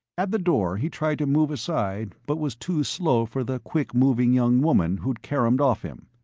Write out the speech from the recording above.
at the door he tried to move aside but was too slow for the quick moving young woman who caromed off him.